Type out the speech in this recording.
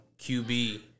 QB